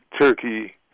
Turkey